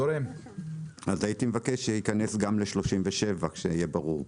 אז הייתי מבקש שייכנס גם ל-37 שיהיה ברור.